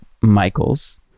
Michael's